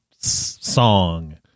song